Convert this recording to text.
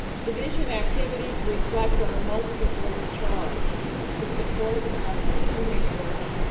division activities reflect our multi-role charge to support reference and research,